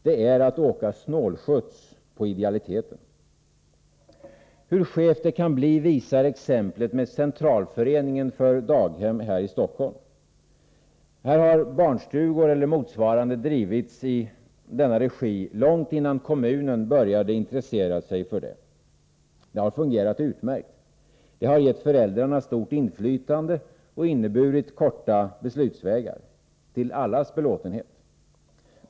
Det är att åka snålskjuts på idealiteten. Hur skevt det kan bli visar exemplet med Centralföreningen för daghem i Stockholm. Här har barnstugor eller motsvarande drivits i denna regi långt innan kommunen började intressera sig för det. Det har fungerat utmärkt. Det har gett föräldrarna stort inflytande och inneburit korta beslutsvägar, till allas belåtenhet.